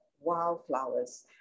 wildflowers